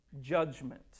judgment